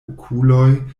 okuloj